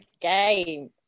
game